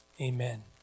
amen